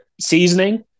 seasoning